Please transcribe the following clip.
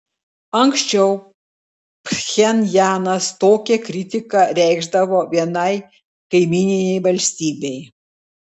anksčiau pchenjanas tokią kritiką reikšdavo vienai kaimyninei valstybei